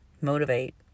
motivate